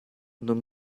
non